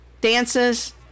dances